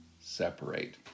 separate